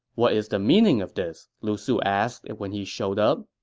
what is the meaning of this? lu su asked when he showed up